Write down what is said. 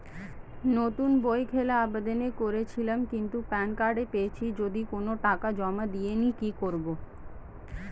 নতুন বই খোলার আবেদন করেছিলাম কিন্তু প্যান কার্ড পেয়েছি যদিও কোনো টাকা জমা দিইনি কি করব?